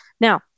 Now